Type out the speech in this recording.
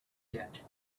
yet